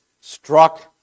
struck